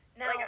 now